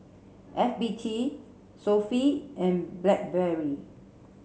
F B T Sofy and Blackberry